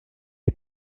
est